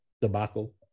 debacle